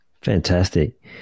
Fantastic